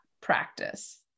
practice